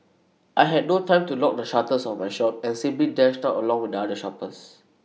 I had no time to lock the shutters of my shop and simply dashed out along with other shoppers